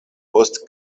post